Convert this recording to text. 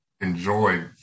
enjoy